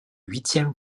huitième